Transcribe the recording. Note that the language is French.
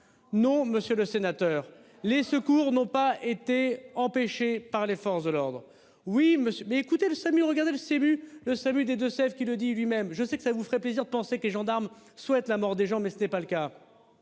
Non monsieur le sénateur, les secours n'ont pas été empêchés par les forces de l'ordre. Oui monsieur mais écoutez le SAMU regarder le SAMU, le SAMU des Deux-Sèvres qui le dit lui-même je sais que ça vous ferait plaisir de penser que gendarme souhaite la mort des gens. Mais ce n'est pas le cas.